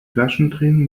flaschendrehen